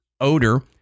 odor